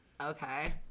okay